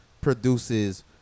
Produces